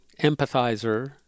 empathizer